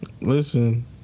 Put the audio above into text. Listen